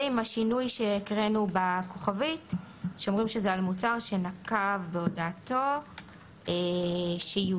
ועם השינוי שהקראנו בכוכבית שאומרים שזה על מוצר שנקב בהודעתו שיוצר